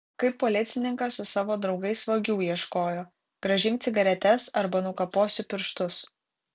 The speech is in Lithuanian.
kaip policininkas su savo draugais vagių ieškojo grąžink cigaretes arba nukaposiu pirštus